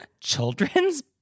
children's